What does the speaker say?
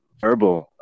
verbal